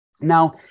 Now